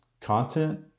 content